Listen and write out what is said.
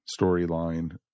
storyline